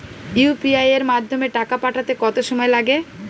UPI এর মাধ্যমে টাকা পাঠাতে কত সময় লাগে?